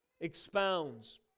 expounds